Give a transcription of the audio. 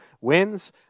wins